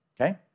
Okay